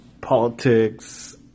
politics